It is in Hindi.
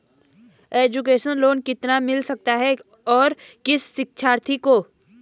एजुकेशन लोन कितना मिल सकता है और किस शिक्षार्थी को?